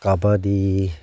kabaddi